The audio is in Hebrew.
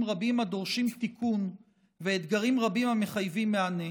רבים הדורשים תיקון ואתגרים רבים המחייבים מענה.